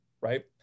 right